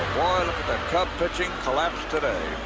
that cub pitching collapse today.